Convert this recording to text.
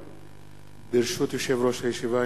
ברשות יושב-ראש הישיבה,